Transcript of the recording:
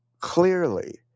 clearly